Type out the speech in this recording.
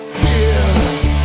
fears